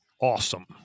awesome